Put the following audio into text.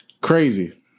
crazy